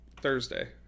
Thursday